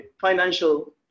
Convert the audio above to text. financial